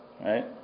right